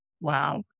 wow